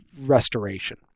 restoration